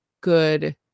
good